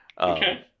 Okay